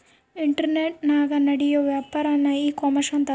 ಇಂಟರ್ನೆಟನಾಗ ನಡಿಯೋ ವ್ಯಾಪಾರನ್ನ ಈ ಕಾಮರ್ಷ ಅಂತಾರ